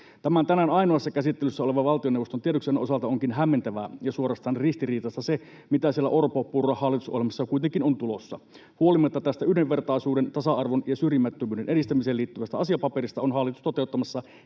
Tämän tänään ainoassa käsittelyssä olevan valtioneuvoston tiedoksiannon osalta onkin hämmentävää ja suorastaan ristiriitaista se, mitä siellä Orpo—Purra-hallitusohjelmassa kuitenkin on tulossa. Huolimatta tästä yhdenvertaisuuden, tasa-arvon ja syrjimättömyyden edistämiseen liittyvästä asiapaperista on hallitus toteuttamassa